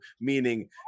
Meaning